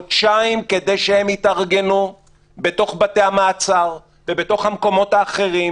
יש צורך בחודשיים כדי שהם יתארגנו בתוך בתי המעצר ובתוך המקומות האחרים